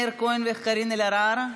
של מאיר כהן וקארין אלהרר?